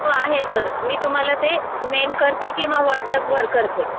हो आहे सर मी तुम्हाला ते मेल करते किंवा व्हॉट्सॲपवर करते